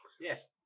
Yes